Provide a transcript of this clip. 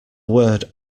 word